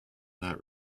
that